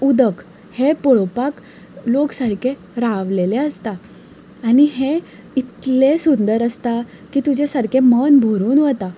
उदक हें पळोवपाक लोक सारके रावलेले आसता आनी हें इतलें सुंदर आसता की तुजें सारकें मन भरून वता